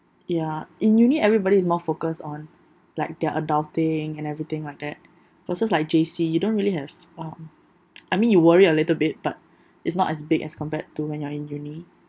ya in uni everybody is more focused on like their adulting and everything like that versus like J_C you don't really have um I mean you worry a little bit but it's not as big as compared to when you're in uni